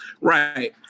Right